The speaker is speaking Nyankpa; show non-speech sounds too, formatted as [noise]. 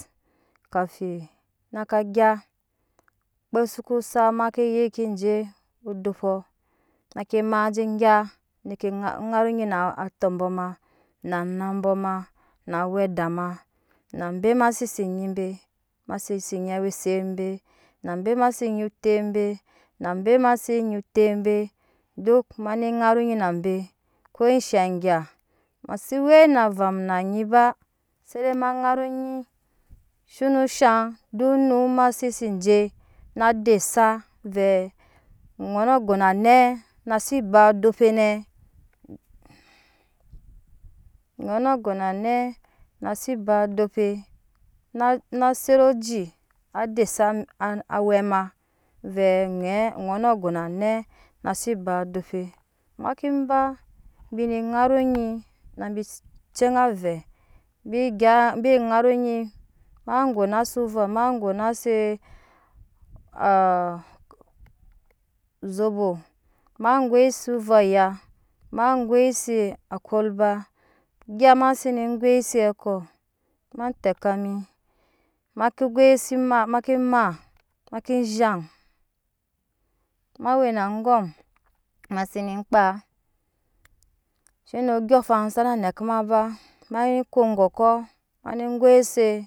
Kafi naka gya kpe soko set ma ke je odopɔ make ma gya ne ŋara onyi na atɔbɔ ma na anabɔ ma na awe ada ma na abe ma se si nyi be ma se si nyi awa eset be na be ma sesi nyi awa eset be na be ma sesi nyi otep be na abe ma se nyi otep be duk ma ne ŋara onyi na be ko sha gya se we na avam na anyi ba sede ma ŋara anyi shena shan duk onum ma sesi je na de sa vee oŋɔŋo go na nɛ na si ba odope nɛ oŋonogo na me na si ba o dope na set oji desa awe ma veɛ ŋee oŋɔnɔ gona nɛ na si ba odope make ba bine ŋaro onyi bi teŋa avɛɛ bi gya bi ŋaro anyi ma gena si ovɔɔ ma gona si [hesitation] ozobo ma goisi ovɔɔ aya ma goise akolba egya ma sa ne goise kɔ ma teka mi make goisi ma ma zene kpaa zhine andyɔɔŋa fan sana neka ma ba ma ne ko gɔkɔ mane gois